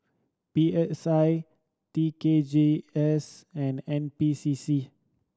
P S I T K G S and N P C C